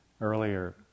earlier